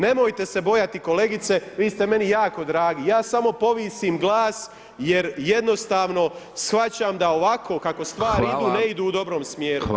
Nemojte se bojati kolegice, vi ste meni jako dragi, ja samo povisim glas jer jednostavno shvaćam da ovako kao stvari idu, ne idu [[Upadica: Hvala.]] u dobrom smjeru.